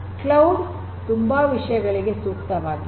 cloud ತುಂಬಾ ವಿಷಯಗಳಿಗೆ ಸೂಕ್ತವಾಗಿದೆ